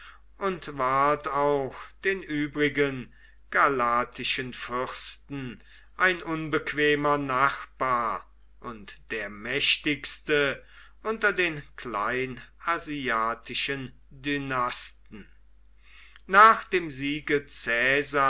und ward auch den übrigen galatischen fürsten ein unbequemer nachbar und der mächtigste unter den kleinasiatischen dynasten nach dem siege